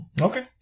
Okay